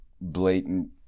blatant